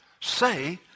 say